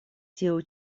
tiu